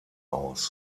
aus